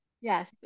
Yes